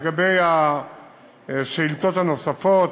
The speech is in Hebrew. לגבי השאילתות הנוספות,